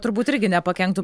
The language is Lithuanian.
turbūt irgi nepakenktų